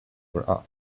were